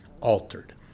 altered